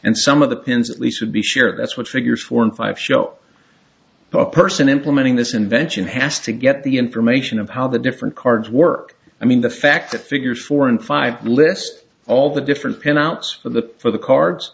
and some of the pins at least should be shared that's what triggers four and five show person implementing this invention has to get the information of how the different cards work i mean the fact that figures four and five list all the different pin outs for the for the cards